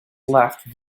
laughed